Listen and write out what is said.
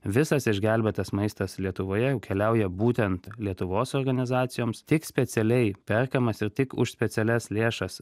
visas išgelbėtas maistas lietuvoje jau keliauja būtent lietuvos organizacijoms tik specialiai perkamas ir tik už specialias lėšas